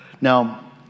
Now